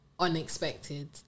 unexpected